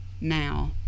now